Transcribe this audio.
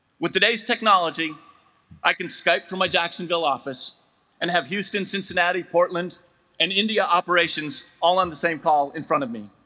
with today's technology i can skype for my jacksonville office and have houston cincinnati portland and india operations all on the same call in front of me